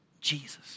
Jesus